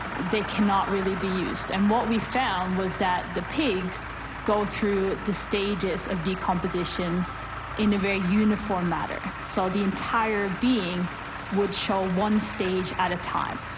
they cannot really be used. and what we found was that the pigs go through the stages of decomposition in a very uniform manner. so the entire being would show one stage at a time,